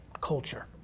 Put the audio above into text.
Culture